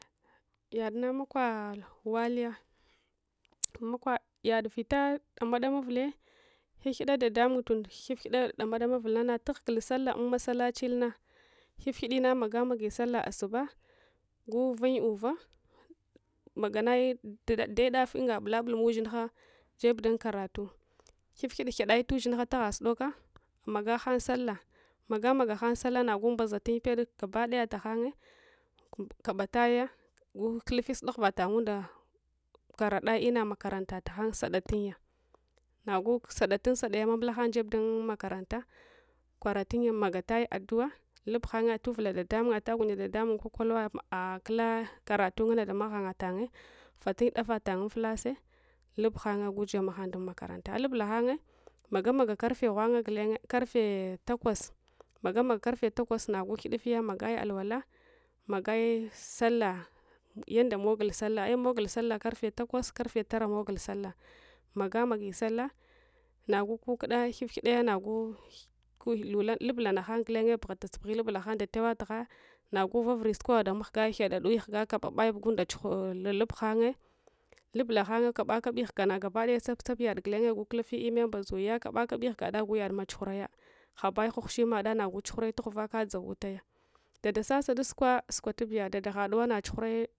Yadna makwa waliya makwa yad vita ɗamaɗama vule ghegheda dad amung tund ghighida damsdsma vulle na natughugul sallah ummasallachi yilna ghif ghidina maga magi sallah asuba guvnye uva maganay daidaf unga bulabulun ushinha jeb dun karatu ghifghida ghiday ushinha tagha sudoka magahang sallah ma gamagchang sallah nagu mbazatun yi pede gaba da tahagye kabataya gukulupyi sudaghuva tangunda kara dayi ina makarantatahang sudatu nya nagu sadetun sadaye mamlahan jeb dun makaranta kwaratunya magatayun addu’a lubhanye atuvula ɗaɗamung atagunya ɗaɗamung kwakwalowa kula karatungana damshanga tanye fatunye defatang unfulase lubhanye gojeb mahang dun makaranta vita lubla hanye magemega karfe ghwange gulenye karfe takwas magamaga karfe takswa nagu ghidurya magaye alwala magai sallah yanda mogul sallah ai mogul sallah karfe takwas karfe tara mogul sallah magamagi sallah nagu kukuda ghifghidaya nagu ghi lubla naghan gulenye buhatus bughi lupla hang datewa dugha nagu vavure suk oh demahga ghededuye ghuka kaba bai buga lalubhanye lubkhanye ka bakabi ghugana gabadaya tsap tsap yad gulenye gukuluf’ime mbazuya kabaki ghugada nagu yadma tsuh uraye habai ghwaghushimada nagu tsughurai tughuva kadzawul sye dadahaduwa natsuhurai